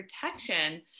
protection